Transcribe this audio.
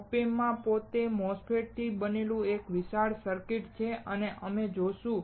OP Amps માં પોતે MOSFETS થી બનેલું એક વિશાળ સર્કિટ છે અને અમે તે જોશું